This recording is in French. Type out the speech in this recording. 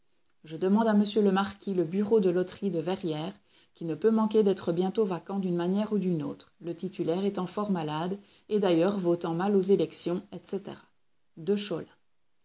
je demande à monsieur le marquis le bureau de loterie de verrières qui ne peut manquer d'être bientôt vacant d'une manière ou d'une autre le titulaire étant fort malade et d'ailleurs votant mal aux élections etc de cholin